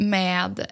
med